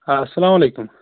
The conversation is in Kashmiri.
ہاں اَسلام علیکُم